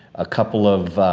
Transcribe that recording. a couple of